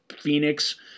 Phoenix